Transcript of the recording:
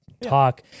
talk